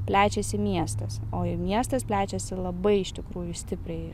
plečiasi miestas o miestas plečiasi labai iš tikrųjų stipriai